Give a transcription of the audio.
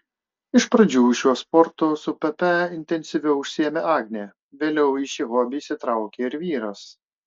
iš pradžių šiuo sportu su pepe intensyviau užsiėmė agnė vėliau į šį hobį įsitraukė ir vyras